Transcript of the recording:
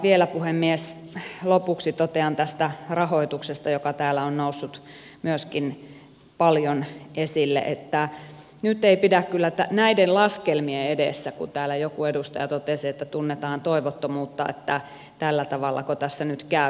vielä puhemies lopuksi totean tästä rahoituksesta joka täällä on noussut myöskin paljon esille että nyt ei pidä kyllä lannistua näiden laskelmien edessä kun täällä joku edustaja totesi että tunnetaan toivottomuutta että tällä tavallako tässä nyt käy